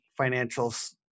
financials